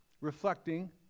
reflecting